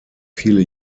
viele